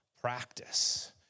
practice